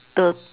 the